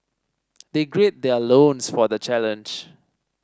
they gird their loins for the challenge